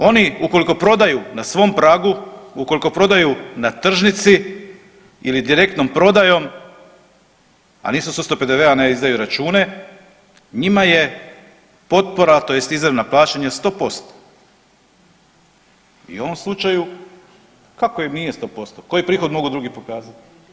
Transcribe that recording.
Oni ukoliko prodaju na svom pragu, ukoliko prodaju na tržnici ili direktnom prodajom, a nisu u sustavu PDV-a ne izdaju račune, njima je potpora tj. izravna plaćanja 100% i u ovom slučaju kako im nije 100%, koji prihod mogu drugi pokazati?